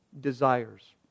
desires